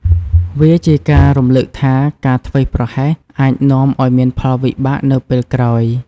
វាជាការរំលឹកថា ការធ្វេសប្រហែសអាចនាំឱ្យមានផលវិបាកនៅពេលក្រោយ។